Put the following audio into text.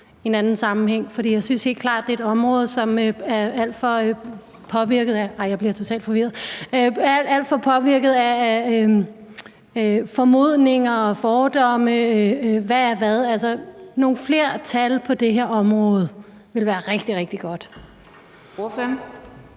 jeg synes helt klart, det er et område, som er alt for påvirket af formodninger og fordomme. Hvad er hvad? Altså, nogle flere tal på det her område ville være rigtig,